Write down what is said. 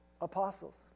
apostles